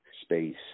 space